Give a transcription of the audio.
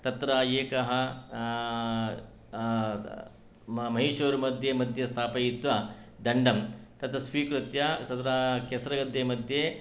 तत्र एकः महीषोर्मध्ये मध्ये स्थापयित्वा दण्डं तत्र स्वीकृत्य तत्र केसरगद्देमध्ये